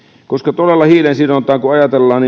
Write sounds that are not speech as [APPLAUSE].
todella hiilensidontaa kun ajatellaan [UNINTELLIGIBLE]